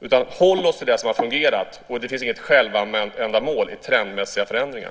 Vi måste hålla oss till det som har fungerat. Det finns inget självändamål i trendmässiga förändringar.